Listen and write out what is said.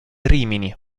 rimini